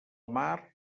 mar